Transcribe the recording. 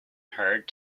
hard